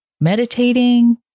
meditating